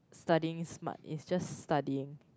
studying smart is just studying